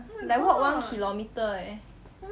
like walk one kilometer eh